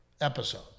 episode